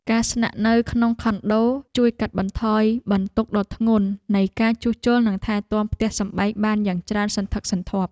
ការស្នាក់នៅក្នុងខុនដូជួយកាត់បន្ថយបន្ទុកដ៏ធ្ងន់នៃការជួសជុលនិងថែទាំផ្ទះសម្បែងបានយ៉ាងច្រើនសន្ធឹកសន្ធាប់។